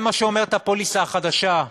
זה מה שאומרת הפוליסה החדשה.